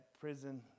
prison